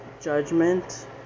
judgment